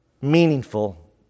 meaningful